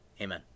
Amen